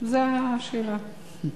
זו השאלה.